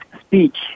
speech